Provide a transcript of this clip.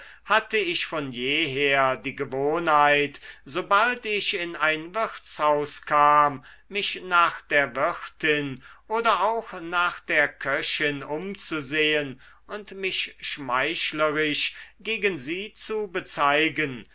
hatte ich von jeher die gewohnheit sobald ich in ein wirtshaus kam mich nach der wirtin oder auch nach der köchin umzusehen und mich schmeichlerisch gegen sie zu bezeigen